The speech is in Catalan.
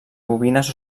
bobines